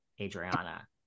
Adriana